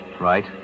Right